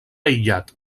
aïllat